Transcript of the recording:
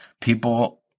People